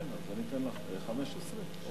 כן, אז אני אתן לך 15, או